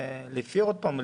עוד פעם,